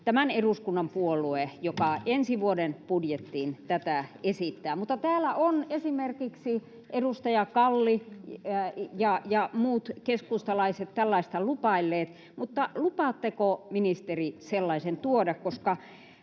tämän eduskunnan puolue, joka ensi vuoden budjettiin tätä esittää. Mutta täällä ovat esimerkiksi edustaja Kalli ja muut keskustalaiset tällaista lupailleet, ja lupaatteko, ministeri, sellaisen tuoda?